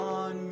on